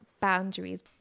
boundaries